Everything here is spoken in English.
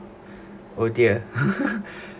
oh dear